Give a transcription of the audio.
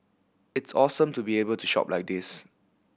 it's awesome to be able to shop like this